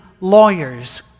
lawyers